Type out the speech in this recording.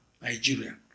Nigeria